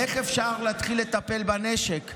איך אפשר להתחיל לטפל בנשק.